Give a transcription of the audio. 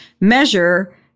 measure